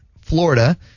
Florida